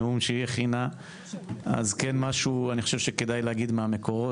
לנאום שהיא הכינה אז כן משהו שכדאי להגיד מהמקורות,